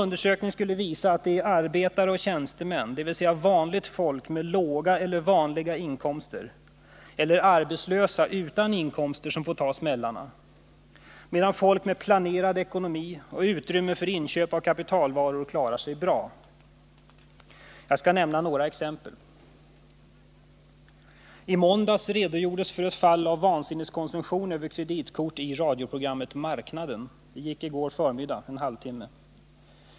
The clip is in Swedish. Undersökningen skulle visa att det är arbetare och tjänstemän, dvs. vanligt folk med låga eller normala inkomster eller arbetslösa utan inkomster som får ta smällarna, medan folk med planerad ekonomi och utrymme för inköp av kapitalvaror klarar sig bra. Jag skall nämna några exempel. I måndags redogjordes för ett fall av vansinneskonsumtion över kreditkort i radioprogrammet Marknaden — det sändes under en halvtimme på förmiddagen.